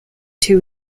two